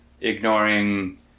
ignoring